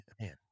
man